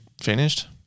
finished